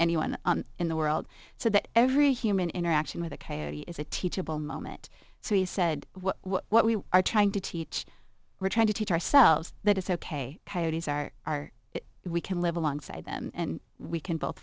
anyone in the world so that every human interaction with a coyote is a teachable moment so he said what we are trying to teach we're trying to teach ourselves that it's ok coyotes are are we can live alongside them and we can both